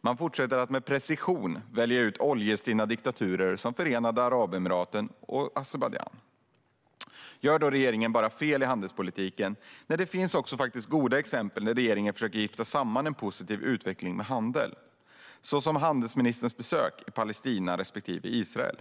Man fortsätter att med precision välja ut oljestinna diktaturer som Förenade Arabemiraten och nu senast Azerbajdzjan. Gör då regeringen bara fel i handelspolitiken? Nej, det finns också goda exempel där regeringen försöker gifta samman en positiv utveckling med handel, såsom handelsministerns besök i Palestina respektive Israel.